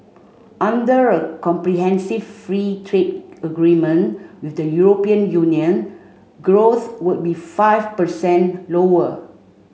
under a comprehensive free trade agreement with the European Union growth would be five percent lower